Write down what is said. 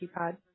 keypad